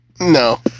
No